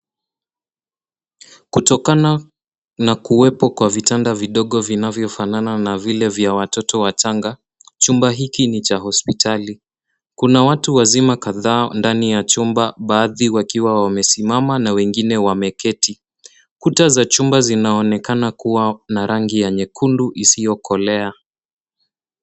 Kutokaa na kuwepo kwa vitanda vidogo vinavyofanan na vile vya watoto wachanga, chumba hiki ni cha hospitali. Kuna watu wazima kadhaa ndani ya chumba baadhi wakiwa wamesimama na wengine wameketi. Kuta za chuma zinaonekana kuwa na rangi ya nyekundu isiyokolea.